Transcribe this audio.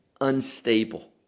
unstable